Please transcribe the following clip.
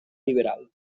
liberal